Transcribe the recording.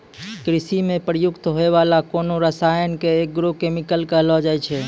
कृषि म प्रयुक्त होय वाला कोनो रसायन क एग्रो केमिकल कहलो जाय छै